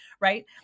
right